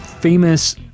famous